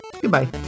Goodbye